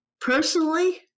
Personally